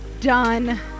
done